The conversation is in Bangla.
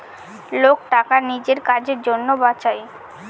লোক টাকা নিজের কাজের জন্য বাঁচায়